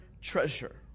treasure